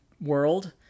world